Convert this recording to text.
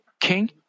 king